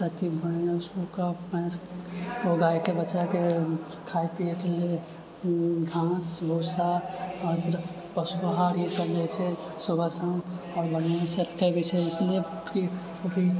ताकि बढ़िआँसँ ओकरा भैंस ओ गायके बछड़ाके खाइ पिऐके लिए घास भूसा आओर पशु आहार ई सभ दै छै सुबह शाम आओर बढ़िआँसँ खुअबै छै इसलिए फेर